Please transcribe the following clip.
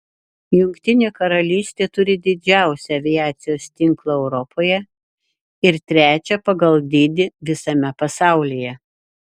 jungtinė karalystė turi didžiausią aviacijos tinklą europoje ir trečią pagal dydį visame pasaulyje